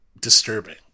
disturbing